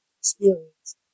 experience